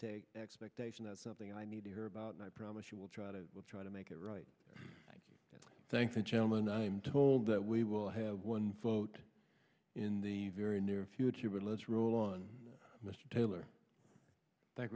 t expectation that something i need to hear about and i promise you will try to try to make it right i thank the gentleman i am told that we will have one vote in the very near future but let's roll one mr taylor tha